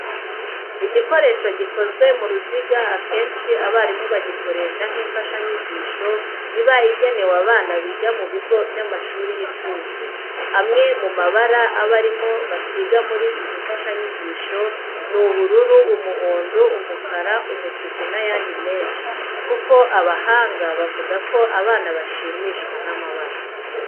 Igikoresho gikozwe mu ruziga akenshi abarimu bagikoresha nk'imfashanyigisho iba igenewe abana biga mu bigo by'amashuri y'incuke. Amwe mu mabara abarimu basiga muri izi mfashanyigisho ni ubururu, umuhondo, umukara, umutuku n'ayandi menshi kuko abahanga bavuga ko abana bashimishwa n'amabara.